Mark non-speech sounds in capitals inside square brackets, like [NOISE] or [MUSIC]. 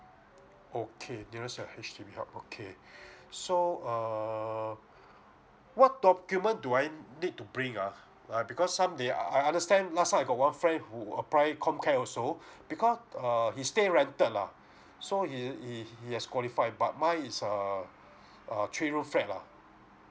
okay nearest hub H_D_B hub okay [BREATH] so err what document do I need to bring ah uh because some they uh I understand last time I got one friend who apply comcare also because err he stay in rented lah so he is he has qualified but mine is a err three room flat lah